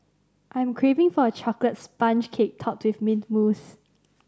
I am craving for a chocolate sponge cake topped with mint mousse